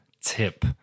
tip